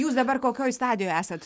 jūs dabar kokioj stadijoj esat